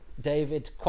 David